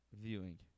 viewing